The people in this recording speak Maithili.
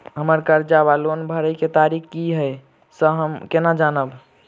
हम्मर कर्जा वा लोन भरय केँ तारीख की हय सँ हम केना जानब?